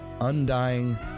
undying